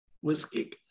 Whiskey